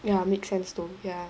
ya make sense too ya